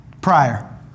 Prior